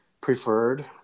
preferred